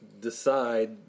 decide